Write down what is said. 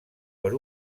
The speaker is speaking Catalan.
per